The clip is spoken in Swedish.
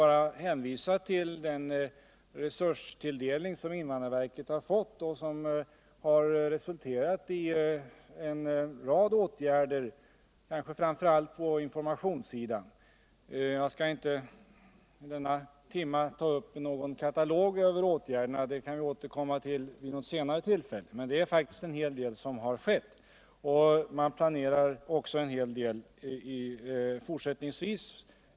Får jag här bara hänvisa till den resurstilldelning som invandrarverket har fått och vilken har resulterat i en rad åtgärder, framför allt på informationssidan. Jag skall inte i denna timma läsa upp någon katalog över tänkbara åtgärder —- detta kan jag återkomma till vid ett senare tillfälle — men det är faktiskt en hel del som har skett, och en hel del nya åtgärder planeras även fortsättningsvis.